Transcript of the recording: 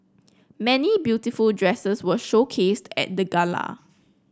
many beautiful dresses were showcased at the gala